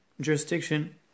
jurisdiction